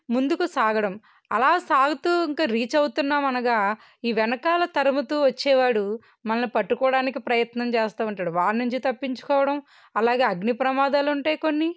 ముందుకు సాగడం అలా సాగుతు ఇంక రీచ్ అవుతున్నాం అనగా ఈ వెనకాల తరుముతు వచ్చేవాడు మనల్ని పట్టుకోడానికి ప్రయత్నం చేస్తు ఉంటాడు వాడి నుంచి తప్పించుకోవడం అలాగే అగ్ని ప్రమాదాలు ఉంటాయి కొన్ని